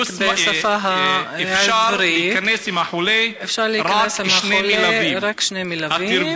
בשפה העברית: אפשר להכניס עם החולה רק שני מלווים.